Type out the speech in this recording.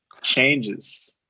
changes